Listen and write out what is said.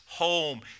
home